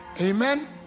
Amen